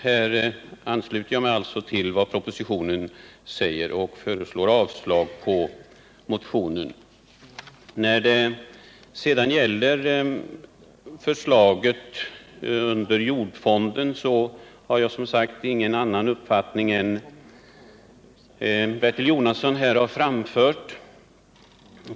Här ansluter jag mig alltså till vad som sägs i propositionen och föreslår avslag på reservationen 1. När det sedan gäller förslaget under Jordfonden har jag, som sagt, ingen annan uppfattning än den Bertil Jonasson här har framfört.